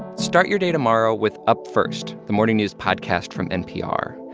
start your day tomorrow with up first, the morning news podcast from npr.